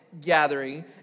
Gathering